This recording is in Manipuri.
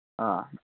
ꯑꯥ